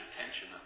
attention